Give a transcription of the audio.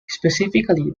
specifically